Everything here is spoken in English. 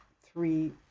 three